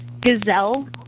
gazelle